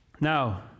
Now